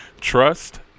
trust